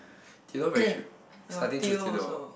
Theodore very cute so I didn't choose Theodore